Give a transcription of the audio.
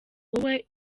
wowe